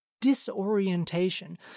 Disorientation